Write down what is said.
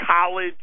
college